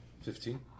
Fifteen